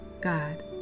god